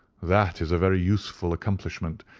that is a very useful accomplishment,